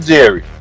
Jerry